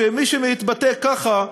שמי שמתבטא ככה בצרפת,